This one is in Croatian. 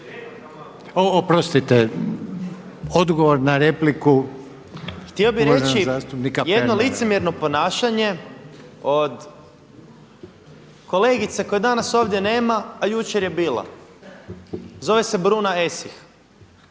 **Pernar, Ivan (Živi zid)** Htio bih reći, jedno licemjerno ponašanje od kolegice koje danas ovdje nema a jučer je bila, zove se Bruna Esih.